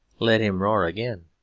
let him roar again.